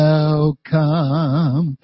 Welcome